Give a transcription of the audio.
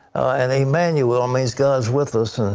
and emmanuel means god is with us.